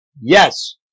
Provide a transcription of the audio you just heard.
Yes